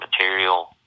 material